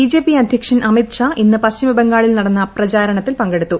BJP അദ്ധ്യക്ഷൻ അമിത്ഷാ ഇന്ന് പശ്ചിമബംഗാളിൽ നടന്ന പ്രചാരണത്തിൽ പങ്കെടുത്തു